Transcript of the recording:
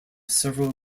several